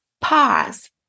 pause